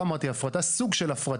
לא אמרתי הפרטה, זה סוג של הפרטה.